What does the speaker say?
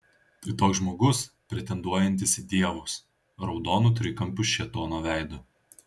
tai toks žmogus pretenduojantis į dievus raudonu trikampiu šėtono veidu